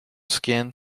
skin